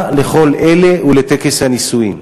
מה לכל אלה ולטקס הנישואין?